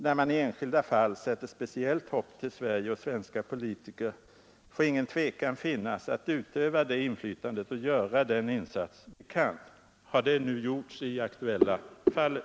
När man i enskilda fall sätter speciellt hopp till Sverige och svenska politiker får ingen tvekan finnas att utöva det inflytande och göra den insats vi kan åstadkom ma. Har det nu gjorts i det aktuella fallet?